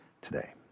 today